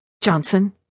Johnson